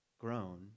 grown